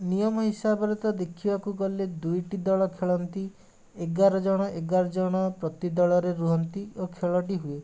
ନିୟମ ହିସାବରେ ତ ଦେଖିବାକୁ ଗଲେ ଦୁଇଟି ଦଳ ଖେଳନ୍ତି ଏଗାର ଜଣ ଏଗାର ଜଣ ପ୍ରତି ଦଳରେ ରୁହନ୍ତି ଓ ଖେଳଟି ହୁଏ